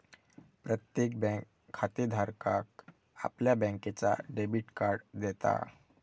प्रत्येक बँक खातेधाराक आपल्या बँकेचा डेबिट कार्ड देता